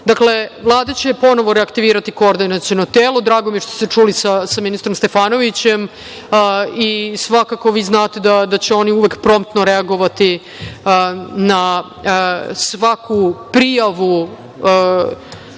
BiH.Dakle, Vlada će ponovo reaktivirati koordinaciono telo. Drago mi je što ste se čuli sa ministrem Stefanovićem i svakako, znate da će oni uvek promtno reagovati na svaku prijavu